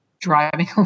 driving